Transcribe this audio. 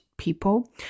people